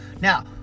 Now